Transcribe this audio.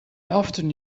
often